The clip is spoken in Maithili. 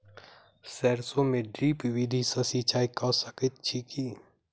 सैरसो मे ड्रिप विधि सँ सिंचाई कऽ सकैत छी की?